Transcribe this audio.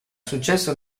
successo